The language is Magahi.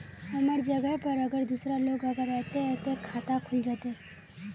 हमर जगह पर अगर दूसरा लोग अगर ऐते ते खाता खुल जते?